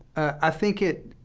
i think it,